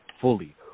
fully